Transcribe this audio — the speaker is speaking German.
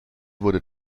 wurde